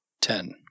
Ten